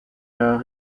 leurs